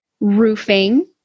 roofing